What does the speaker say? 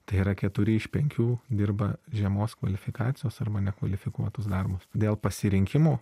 tai yra keturi iš penkių dirba žemos kvalifikacijos arba nekvalifikuotus darbus dėl pasirinkimų